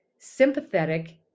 sympathetic